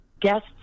Guests